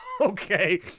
Okay